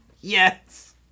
Yes